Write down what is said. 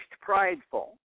prideful